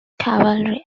cavalry